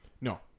No